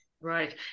Right